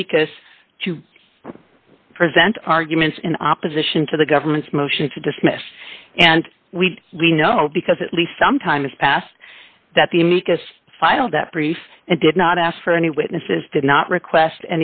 amicus to present arguments in opposition to the government's motion to dismiss and we we know because at least some time has passed that the amicus filed that brief and did not ask for any witnesses did not request